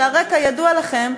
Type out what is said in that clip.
שהרי כידוע לכם,